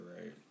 right